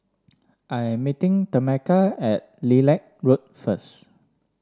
I am meeting Tameka at Lilac Road first